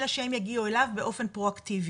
אלא שהם יגיעו אליו באופן פרואקטיבי.